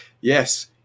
Yes